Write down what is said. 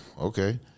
okay